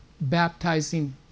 baptizing